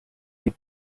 die